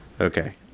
okay